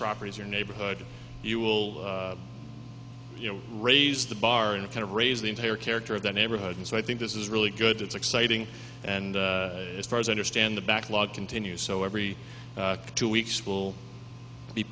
properties your neighborhood you will you know raise the bar and kind of raise the entire character of the neighborhood and so i think this is really good it's exciting and as far as i understand the backlog continues so every two weeks will be